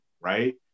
right